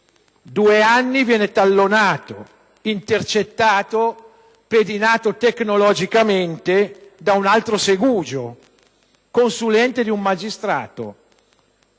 due anni è stato tallonato, intercettato, pedinato tecnologicamente da un altro segugio, consulente di un magistrato: